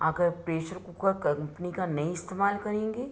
अगर pressure cooker company का नहीं इस्तेमाल करेंगे